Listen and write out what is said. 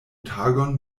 tagon